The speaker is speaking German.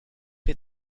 wir